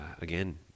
again